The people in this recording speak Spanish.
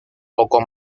poco